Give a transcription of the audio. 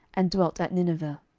and dwelt at nineveh.